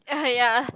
ya